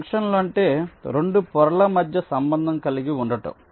జంక్షన్లు అంటే 2 పొరల మధ్య సంబంధం కలిగి ఉండటం